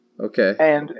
Okay